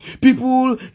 People